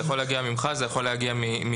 זה יכול להגיע ממך וזה יכול להגיע מבית